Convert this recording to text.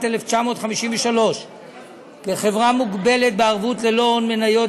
1953 כחברה מוגבלת בערבות ללא הון מניות,